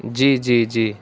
جی جی جی